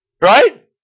Right